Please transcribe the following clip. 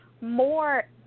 more